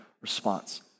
response